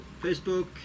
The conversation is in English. Facebook